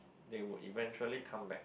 they will eventually come back